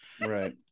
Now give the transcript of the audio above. right